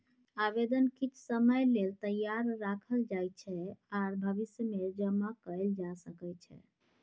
आबेदन किछ समय लेल तैयार राखल जाइ छै आर भविष्यमे जमा कएल जा सकै छै